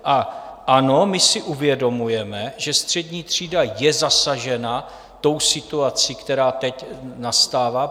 A ano, my si uvědomujeme, že střední třída je zasažena tou situací, která teď nastává.